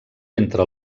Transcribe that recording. entre